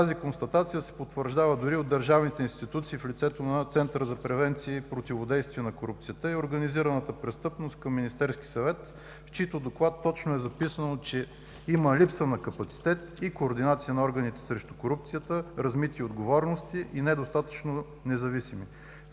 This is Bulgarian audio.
Тази констатация се потвърждава дори и от държавните институции в лицето на Центъра за превенции и противодействие на корупцията и организираната престъпност към Министерския съвет, в чийто доклад точно е записано, че „има липса на капацитет и координация на органите срещу корупцията, размити отговорности и недостатъчно независими“.